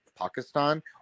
Pakistan